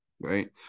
right